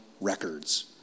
records